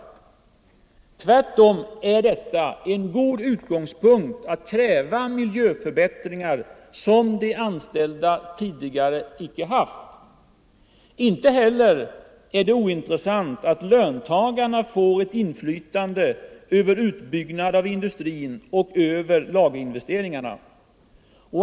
Tvärt om är detta en god utgångspunkt att kräva miljöförbättringar som de anställda tidigare icke haft. Inte heller är det ointressant att löntagarna får ett inflytande över utbyggnad av industrin och över lagerinvesteringar.